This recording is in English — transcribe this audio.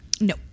no